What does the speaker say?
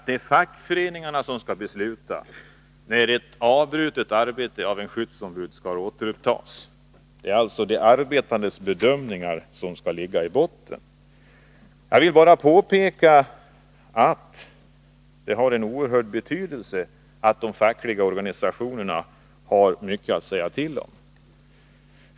Det är fackföreningarna som skall besluta när ett arbete som stoppats av ett skyddsombud får återupptas. Det är alltså de arbetandes bedömningar som skall ligga i botten. Jag vill framhålla att det är av oerhört stor betydelse att de fackliga organisationerna har mycket att säga till om.